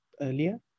earlier